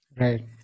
right